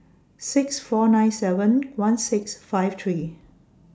six four nine seven one six five three